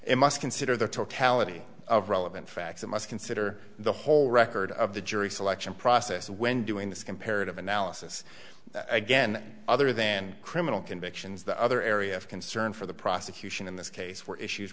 must consider the totality of relevant facts and must consider the whole record of the jury selection process when doing this comparative analysis again other than criminal convictions the other area of concern for the prosecution in this case were issues